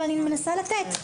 ואני מנסה לתת.